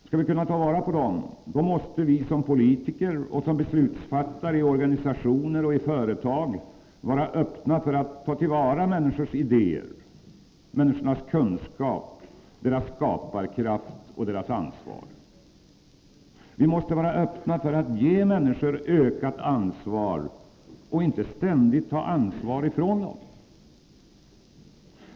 Skall vi kunna ta vara på dem måste vi som politiker och som beslutsfattare i organisationer och företag vara öppna för att ta till vara människors idéer, kunskap, skaparkraft och ansvar. Vi måste vara öppna för att ge människor ökat ansvar och inte ständigt ta ansvar ifrån dem.